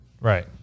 Right